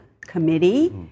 committee